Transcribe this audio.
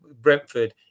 Brentford